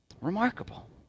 Remarkable